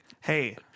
Hey